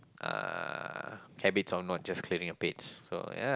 uh habits of just not clearing the plates